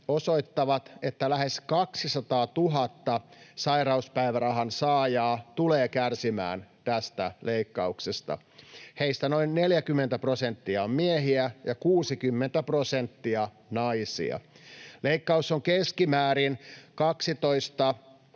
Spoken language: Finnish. osoittavat, että lähes kaksisataatuhatta sairauspäivärahan saajaa tulee kärsimään tästä leikkauksesta. Heistä noin 40 prosenttia on miehiä ja 60 prosenttia naisia. Leikkaus on keskimäärin